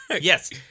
Yes